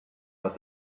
but